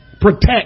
Protect